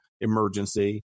emergency